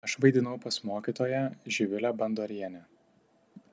aš vaidinau pas mokytoją živilę bandorienę